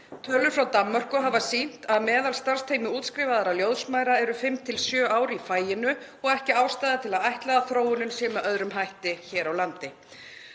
Tölur frá Danmörku hafa sýnt að meðalstarfstími útskrifaðra ljósmæðra er 5–7 ár í faginu og ekki ástæða til að ætla að þróunin sé með öðrum hætti hér á landi.